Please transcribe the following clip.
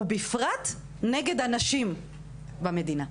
ובפרט נגד הנשים במדינה.